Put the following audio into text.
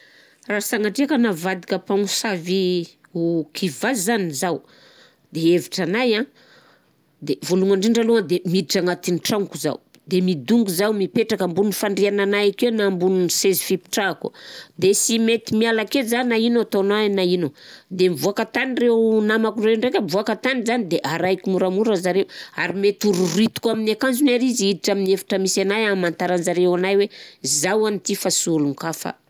Raha sagnatria ka navadika mpamosavy ô kivà zany zaho de hevitranahy an de vôlôhany ndrindra alôha de miditra agnatin'ny tragnoko zah de midongy zaho mipetraka akeo ambony fandriagnanahy akeo na ambonin'ny sezy fipitrahako de sy mety miala akeo zaho na ino ataonao na ino de mivoaka tany reo namako reo ndraika mivoaka tany de arahiko moramora zareo ary mety ho rohirohitiko amin'ny akanjony aby izy hiditra amin'ny efitra misy anahy amantaranjareo anahy hoe zah agny ty fa sy olon-kafa.